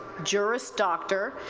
juris doctor,